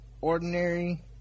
ordinary –